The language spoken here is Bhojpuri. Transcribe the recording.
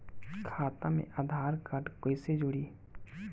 खाता मे आधार कार्ड कईसे जुड़ि?